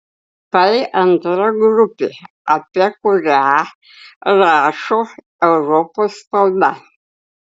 tai antra grupė apie kurią rašo europos spauda